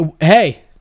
Hey